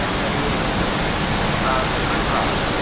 करी करियै लोक अपना सर्कल चला दे